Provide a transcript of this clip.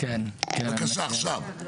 בבקשה עכשיו.